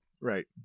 Right